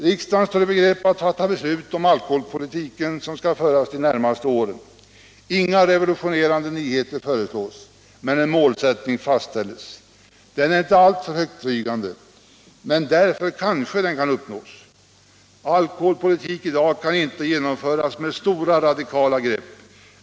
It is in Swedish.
Riksdagen står i begrepp att fatta beslut om den alkoholpolitik som skall föras de närmaste åren. Inga revolutionerande nyheter föreslås, men en målsättning fastställs. Den är inte alltför högtflygande, men därför kanske målet kan uppnås. Alkoholpolitik i dag kan inte genomföras med stora, radikala grepp.